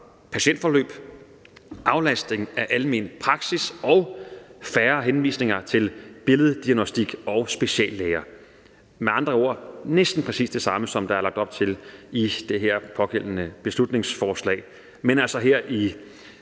patientforløb, aflastning af almen praksis og færre henvisninger til billeddiagnostik og speciallæger. Med andre ord næsten præcis det samme, som der er lagt op til i det pågældende beslutningsforslag, men altså her